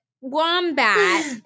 wombat